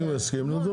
נבדוק